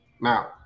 Now